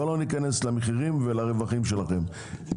בואו לא ניכנס למחירים ולרווחים שלכם.